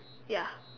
ya